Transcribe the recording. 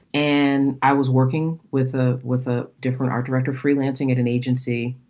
and i was working with a with a different art director, freelancing at an agency